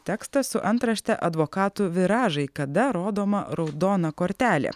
tekstas su antrašte advokatų viražai kada rodoma raudona kortelė